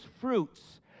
fruits